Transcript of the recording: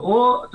זה